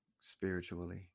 spiritually